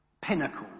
pinnacle